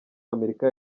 amerika